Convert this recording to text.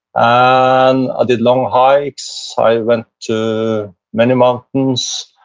i um ah did long hikes. i went to many mountains.